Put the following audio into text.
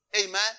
Amen